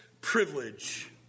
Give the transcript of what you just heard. privilege